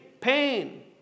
pain